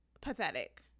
pathetic